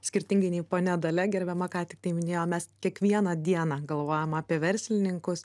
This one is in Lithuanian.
skirtingai nei ponia dalia gerbiama ką tik tai minėjo mes kiekvieną dieną galvojam apie verslininkus